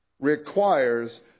requires